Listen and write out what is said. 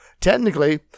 Technically